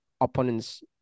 opponents